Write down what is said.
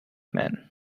man